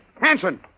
Hanson